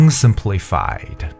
simplified